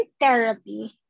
therapy